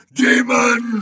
demon